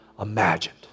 imagined